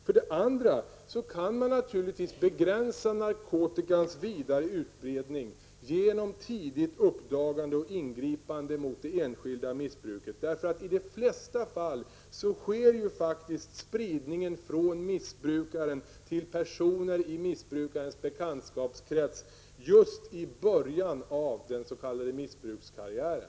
För det andra kan man naturligtvis begränsa narkotikans vidare utbredning genom tidigt uppdagande och ingripande mot det enskilda missbruket, därför att i de flesta fall sker ju faktiskt spridningen från missbrukaren till personer i missbrukarens bekantskapskrets just i början av den s.k. missbrukskarriären.